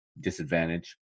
disadvantage